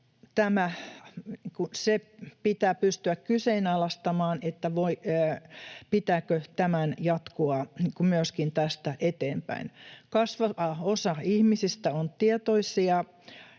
pitää pystyä kyseenalaistamaan, pitääkö tämän jatkua myöskin tästä eteenpäin. Kasvava osa ihmisistä on tietoisia